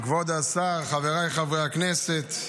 כבוד השר, חבריי חברי הכנסת,